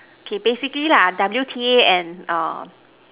K basically lah W_T_A and err